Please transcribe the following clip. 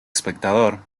espectador